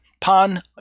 pan